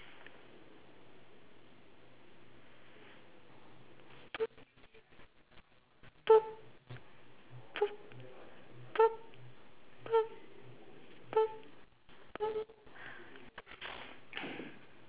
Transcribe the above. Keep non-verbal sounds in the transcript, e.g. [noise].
[noise]